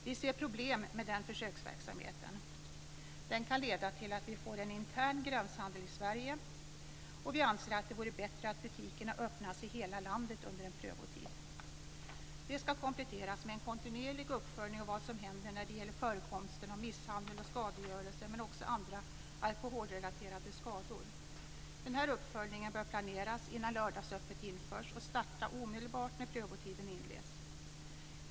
Vi ser problem med den försöksverksamheten. Den kan leda till att vi får en "intern gränshandel" i Sverige. Vi anser att det vore bättre att butikerna öppnas i hela landet under en prövotid. Det ska kompletteras med en kontinuerlig uppföljning av vad som händer när det gäller förekomsten av misshandel och skadegörelse, men också andra alkoholrelaterade skador. Den här uppföljningen bör planeras innan lördagsöppet införs och starta omedelbart när prövotiden inleds.